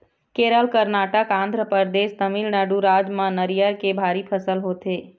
केरल, करनाटक, आंध्रपरदेस, तमिलनाडु राज मन म नरियर के भारी फसल होथे